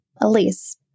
Elise